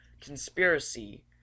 conspiracy